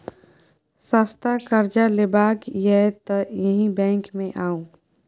सस्ता करजा लेबाक यै तए एहि बैंक मे आउ